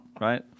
right